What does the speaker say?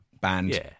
band